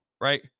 Right